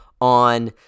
on